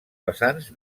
vessants